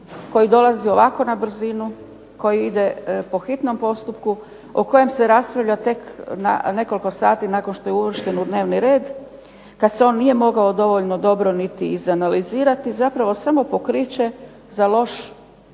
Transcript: koji dolazi ovako na brzinu, koji ide po hitnom postupku, o kojem se raspravlja tek nekoliko sati nakon što je uvršten u dnevni red, kada se on nije mogao dovoljno dobro izanalizirati zapravo samo pokriće za loš